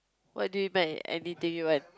what do you by anything you want